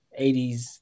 80s